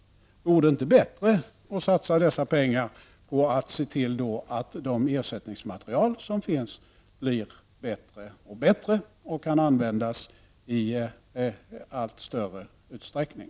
Vore det inte bättre att satsa dessa pengar på att se till att de ersättningsmaterial som finns blir allt bättre och kan användas i allt större utsträckning?